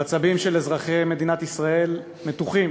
העצבים של אזרחי מדינת ישראל מתוחים,